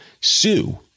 Sue